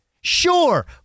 Sure